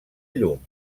llum